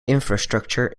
infrastructure